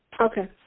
Okay